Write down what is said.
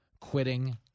quitting